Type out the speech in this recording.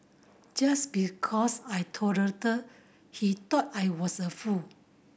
just because I tolerated he thought I was a fool